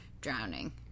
drowning